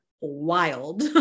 Wild